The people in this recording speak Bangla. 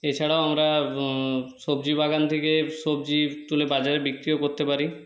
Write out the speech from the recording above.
এছাড়াও আমরা সবজি বাগান থেকে সবজি তুলে বাজারে বিক্রিও করতে পারি